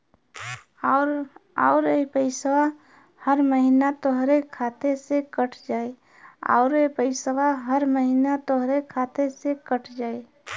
आउर इ पइसवा हर महीना तोहरे खाते से कट जाई